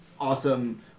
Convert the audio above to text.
awesome